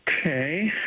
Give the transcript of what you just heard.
Okay